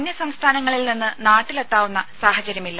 അന്യസംസ്ഥാനങ്ങളിൽ നിന്ന് നാട്ടിലെ ത്താവുന്ന സാഹചര്യമില്ല